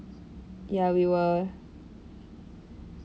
ya we were